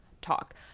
talk